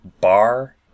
bar